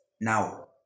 now